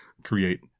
create